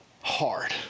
hard